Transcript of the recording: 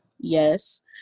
yes